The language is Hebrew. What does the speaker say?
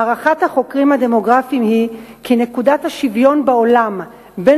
הערכת החוקרים הדמוגרפים היא כי נקודת השוויון בעולם בין